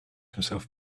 himself